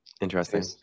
Interesting